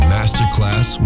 Masterclass